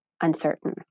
uncertain